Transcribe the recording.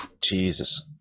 jesus